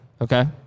Okay